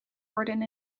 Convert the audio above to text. worden